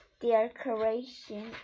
decoration